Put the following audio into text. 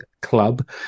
club